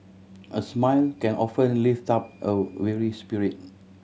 a smile can often lift up a weary spirit